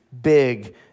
big